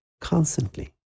constantly